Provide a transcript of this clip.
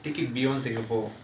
take it beyond singapore